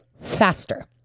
faster